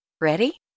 Ready